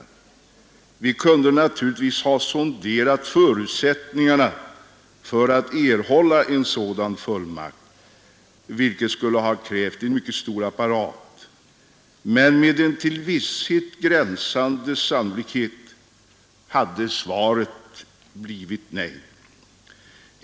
Vi kunde naturligtvis ha sonderat förutsättningarna för att erhålla en sådan fullmakt — vilket skulle ha krävt en mycket stor apparat men med en till visshet gränsande sannolikhet hade svaret blivit nej.